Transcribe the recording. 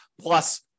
plus